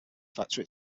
factor